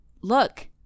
look